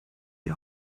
die